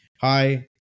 Hi